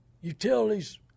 utilities